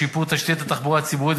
שיפור תשתית התחבורה הציבורית,